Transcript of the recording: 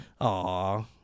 Aw